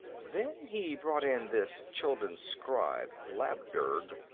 then he brought in this chuldun scribe, labdurg,